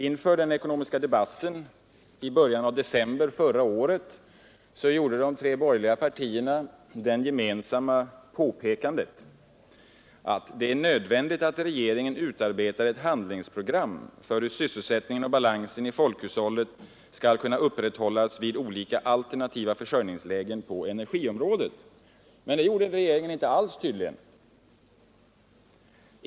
Inför den ekonomiska debatten i början av december förra året gjorde de tre borgerliga partierna följande gemensamma påpekande: ”Det är nödvändigt att regeringen utarbetar ett handlingsprogram för hur sysselsättningen och balansen i folkhushållet skall kunna upprätthållas vid olika alternativa försörjningslägen på energiområdet.” Men det tycks regeringen inte alls ha gjort.